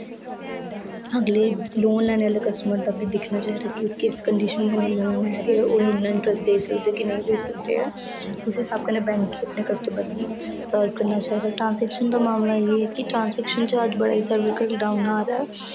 अगले लोन लेने आह्ले कस्टमर दा बी दिक्खना चाहिदा कि ओह् किस कंडीशन कन्नै लोन ले दे ओह् इ'न्ना इंटरस्ट देई सकदे कि नेईं देई सकदे ऐ उस्सै स्हाब कन्नै बैंक गी अपने कस्टमर गी सर्व करना चाहिदा ट्रांसजेक्शन दा मामला एह् ऐ कि ट्रांसजेक्शन च अज्ज बड़ा सर्वर डाउन आ रदा ऐ